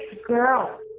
girl